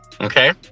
Okay